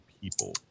people